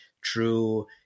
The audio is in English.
true